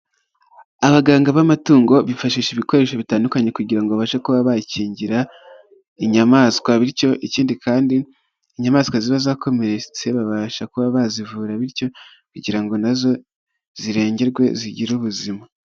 Abaganga b'amatungo bifashisha ibikoresho bitandukanye kugira ngo bashe kuba bakingira inyamaswa bityo ikindi kandi inyamaswa ziba zakomeretse babasha kuba bazivura bityo kugira ngo nazo zirengerwe zigire ubuzima.